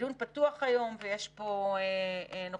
הדיון פתוח היום, ויש פה נוכחים